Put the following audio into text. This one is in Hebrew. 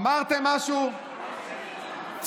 אמרתם משהו?